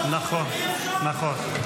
נכון, נכון.